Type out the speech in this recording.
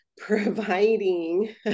Providing